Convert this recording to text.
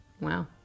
Wow